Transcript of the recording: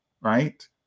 right